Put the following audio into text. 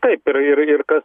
taip ir ir kas